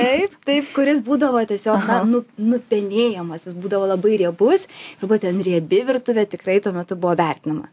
taip taip kuris būdavo tiesiog na nu nupenėjimas jis būdavo labai riebus ir būtent riebi virtuvė tikrai tuo metu buvo vertinama